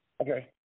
Okay